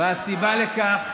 והסיבה לכך: